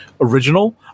original